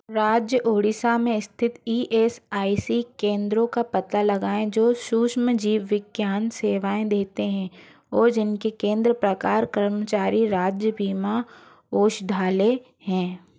राज्य उड़ीसा में स्थित ई एस आई सी केंद्रों का पता लगाएँ जो सूक्ष्मजीव विज्ञान सेवाएँ देते हैं और जिनके केंद्र प्रकार कर्मचारी राज्य बीमा औषधालय हैं